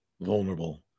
vulnerable